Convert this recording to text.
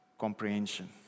comprehension